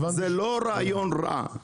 זה לא רעיון רע.